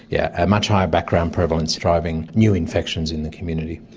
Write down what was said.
yeah a much higher background prevalence driving new infections in the community.